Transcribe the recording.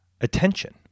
attention